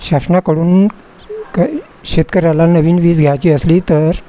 शासनाकडून क शेतकऱ्याला नवीन वीज घ्यायची असली तर